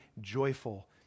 joyful